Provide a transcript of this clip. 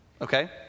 Okay